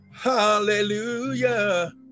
Hallelujah